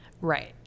Right